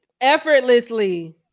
Effortlessly